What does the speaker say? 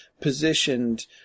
positioned